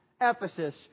Ephesus